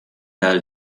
tell